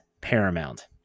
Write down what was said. paramount